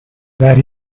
that